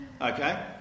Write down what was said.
Okay